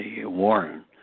Warren